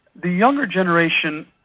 the younger generation,